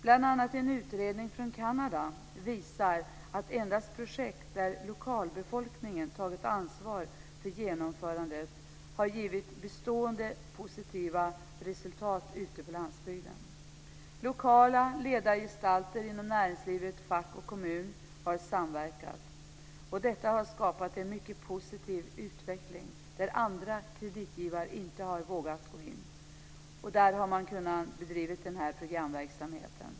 Bl.a. en utredning från Kanada visar att endast projekt där lokalbefolkningen tagit ansvar för genomförandet hade givit bestående positiva resultat ute på landsbygden. Lokala ledargestalter inom näringslivet, facket och kommunen har samverkat. Detta har skapat en mycket positiv utveckling, där andra kreditgivare inte har vågat gå in. Där har man kunnat få denna programverksamhet.